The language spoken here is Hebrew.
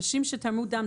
אלו אנשים שתרמו דם,